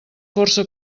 força